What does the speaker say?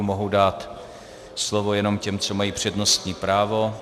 Mohu dát slovo jenom těm, co mají přednostní právo.